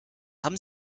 haben